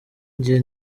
njye